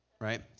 right